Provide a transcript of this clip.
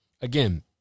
again